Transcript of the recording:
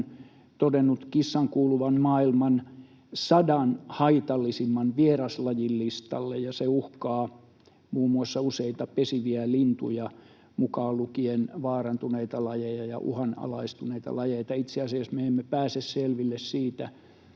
todennut kissan kuuluvan maailman sadan haitallisimman vieraslajin listalle, ja se uhkaa muun muassa useita pesiviä lintuja, mukaan lukien vaarantuneet lajit ja uhanalaistuneet lajit, tai itse asiassa me emme pääse selville siitä